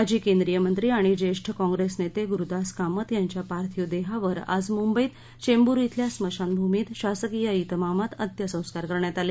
माजी केंद्रीय मंत्री आणि ज्येष्ठ काँप्रेस नेते ग्रुदास कामत यांच्या पार्थिव देहावर आज मुंबईत चेंद्र शिल्या स्मशानभूमीत शासकीय त्रिमामात अंत्यसंस्कार करण्यात आले